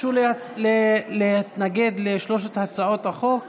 ביקשו להתנגד לשלוש הצעות החוק